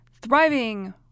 thriving